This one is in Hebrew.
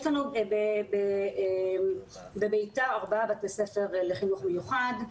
יש לנו בביתר ארבעה בתי ספר לחינוך מיוחד,